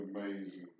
amazing